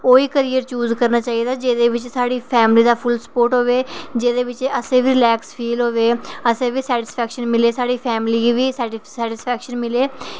ओह् ही career choose करना चाहिदा जेह्दे च साढ़ी फैमिली दा फुल स्पोर्ट होवे ते जेह्दे बिच असेंगी बी रिलेक्स फील होऐ असें बी सैटीसफैक्शन मिलै साढ़ी फैमिली गी बी सैटीसफैक्शन मिलै